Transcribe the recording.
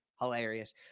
Hilarious